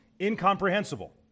incomprehensible